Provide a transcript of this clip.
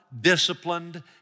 disciplined